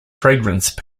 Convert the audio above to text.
fragrance